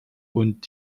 und